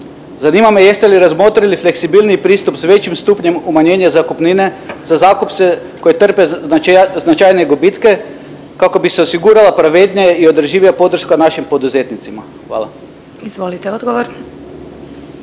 Zanima me jeste li razmotrili fleksibilniji pristup s većim stupnjem umanjenja zakupnine za zakupce koji trpe zna… značajnije gubitke kako bi se osigurala pravednija i održivija podrška našim poduzetnicima. Hvala. **Glasovac,